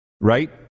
Right